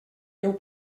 heu